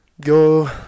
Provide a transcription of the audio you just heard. go